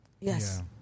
Yes